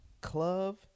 club